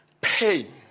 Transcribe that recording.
pain